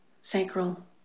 sacral